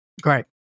Great